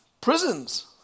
prisons